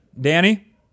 Danny